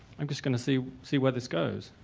um just going to see see where this goes.